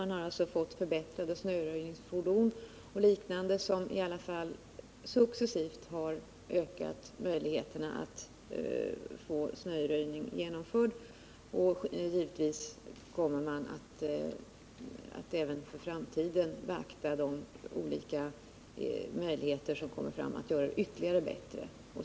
Man har alltså fått förbättrade snöröjningsfordon och liknande hjälpmedel, som successivt har ökat möjligheterna att få snöröjningen genomförd. Givetvis kommer man att även för framtiden beakta de olika möjligheter som kommer fram för att göra det ännu bättre.